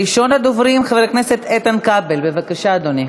ראשון הדוברים, חבר הכנסת איתן כבל, בבקשה, אדוני.